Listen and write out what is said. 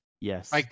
Yes